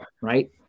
right